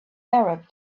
arab